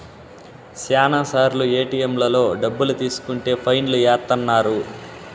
శ్యానా సార్లు ఏటిఎంలలో డబ్బులు తీసుకుంటే ఫైన్ లు ఏత్తన్నారు